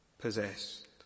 possessed